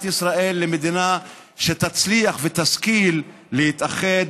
ישראל למדינה שתצליח ותשכיל להתאחד,